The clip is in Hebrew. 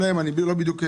אני לא בדיוק מתמצה,